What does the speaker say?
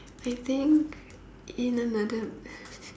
I think in another